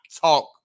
talk